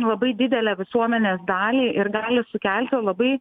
labai didelę visuomenės dalį ir gali sukelti labai